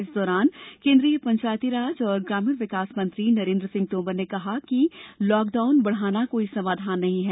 इस दौरान केन्द्रीय पंचायतराज और ग्रामीण विकास मंत्री नरेन्द्र सिंह तोमर ने कहा कि लॉकडाउन बढ़ाना कोई समाधान नहीं है